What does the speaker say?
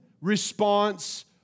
response